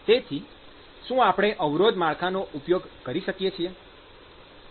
તેથી શું આપણે અવરોધ માળખાનો ઉપયોગ કરી શકીએ